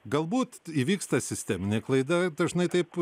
galbūt įvyksta sisteminė klaida dažnai taip